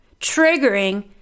triggering